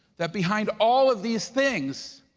that behind all of these things,